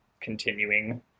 continuing